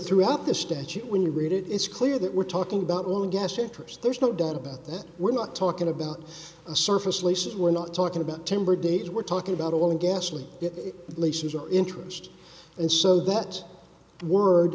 throughout the statute when you read it it's clear that we're talking about only gas interests there's no doubt about that we're not talking about the surface leases we're not talking about timber days we're talking about oil and gasoline leases are interest and so that word